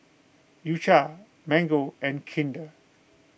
U Cha Mango and Kinder